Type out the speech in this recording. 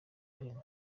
allen